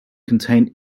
contain